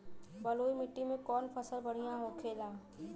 बलुई मिट्टी में कौन फसल बढ़ियां होखे ला?